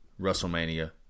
WrestleMania